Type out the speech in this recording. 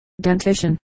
dentition